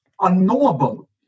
unknowable